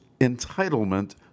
entitlement